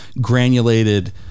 granulated